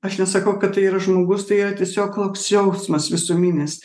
aš nesakau kad ir tai yra žmogus tai yra tiesiog toks jausmas visuminis